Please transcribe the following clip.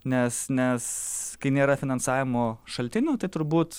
nes nes kai nėra finansavimo šaltinių tai turbūt